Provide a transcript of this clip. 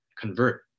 convert